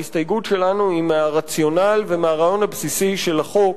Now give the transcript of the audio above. ההסתייגות שלנו היא מהרציונל ומהרעיון הבסיסי של החוק.